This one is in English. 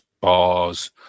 bars